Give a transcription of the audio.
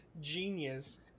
genius